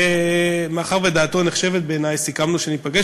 ומאחר שדעתו נחשבת בעיני, סיכמנו שניפגש.